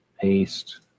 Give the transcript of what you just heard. paste